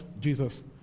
Jesus